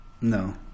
no